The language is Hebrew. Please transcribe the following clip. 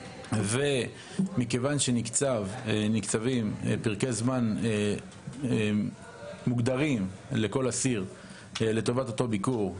מכיוון שנקצבים פרקי זמן מוגדרים לכל אסיר לטובת אותו ביקור,